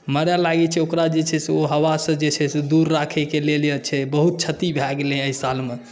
मरए लागै छै ओकरा जे छै से ओ हवासँ जे छै से दूर राखैके लेल छै बहुत क्षति भए गेलैहऽ एहि सालमे